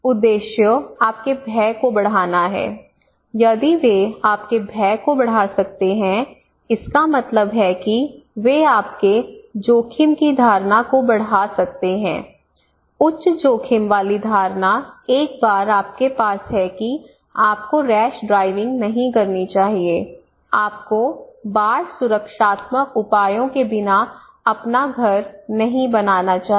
उद्देश्य आपके भय को बढ़ाना है यदि वे आपके भय को बढ़ा सकते हैं इसका मतलब है कि वे आपके जोखिम की धारणा को बढ़ा सकते हैं उच्च जोखिम वाली धारणा एक बार आपके पास है कि आपको रैश ड्राइविंग नहीं करनी चाहिए आपको बाढ़ सुरक्षात्मक उपायों के बिना अपना घर नहीं बनाना चाहिए